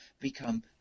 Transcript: become